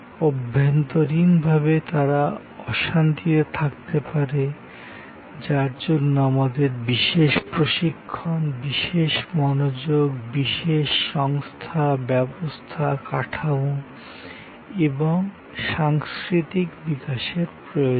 অভ্যন্তরীণভাবে তারা অশান্তিতে থাকতে পারে যার জন্য আমাদের বিশেষ প্রশিক্ষণ বিশেষ মনোযোগ বিশেষ সংস্থা ব্যবস্থা কাঠামো এবং সাংস্কৃতিক বিকাশের প্রয়োজন